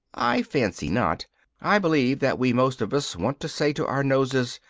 i fancy not i believe that we most of us want to say to our noses,